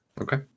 Okay